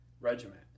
regiment